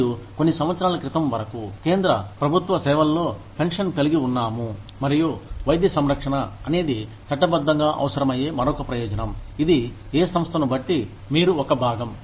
మరియు కొన్ని సంవత్సరాల క్రితం వరకు కేంద్ర ప్రభుత్వ సేవల్లో పెన్షన్ కలిగి ఉన్నాము మరియు వైద్య సంరక్షణ అనేది చట్టబద్ధంగా అవసరమయ్యే మరొక ప్రయోజనం ఇది ఏ సంస్థను బట్టి మీరు ఒక భాగం